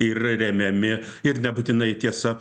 ir remiami ir nebūtinai tiesa